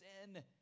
sin